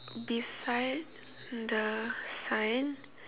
beside the sign